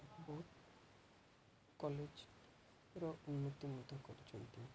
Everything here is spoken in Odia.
ବହୁତ କଲେଜର ଉନ୍ନତି ମଧ୍ୟ କରୁଛନ୍ତି